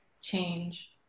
change